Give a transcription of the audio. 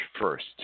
first